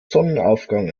sonnenaufgang